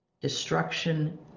Destruction